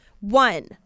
One